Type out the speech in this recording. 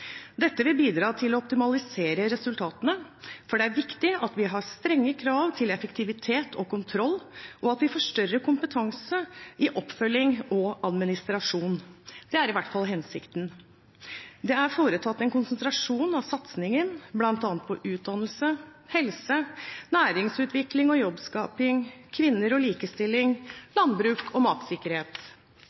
Dette vil bidra til å optimalisere resultatene, for det er viktig at vi har strenge krav til effektivitet og kontroll, og at vi får større kompetanse i oppfølging og administrasjon. Det er i hvert fall hensikten. Det er foretatt en konsentrasjon av satsingen på bl.a. utdanning, helse, næringsutvikling og jobbskaping, kvinner og likestilling, landbruk og matsikkerhet.